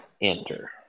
Enter